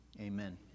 Amen